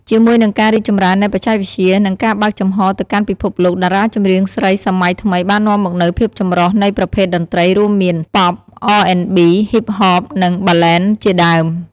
ជាមួយនឹងការរីកចម្រើននៃបច្ចេកវិទ្យា និងការបើកចំហរទៅកាន់ពិភពលោក តារាចម្រៀងស្រីសម័យថ្មីបាននាំមកនូវ ភាពចម្រុះ នៃប្រភេទតន្ត្រី រួមមាន Pop R&B Hip Hop និង Ballad ជាដើម។